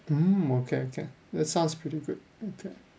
um okay okay that sounds pretty good okay